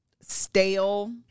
stale